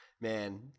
Man